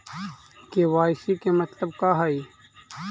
KYC के मतलब का हई?